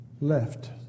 left